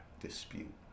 dispute